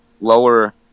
lower